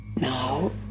Now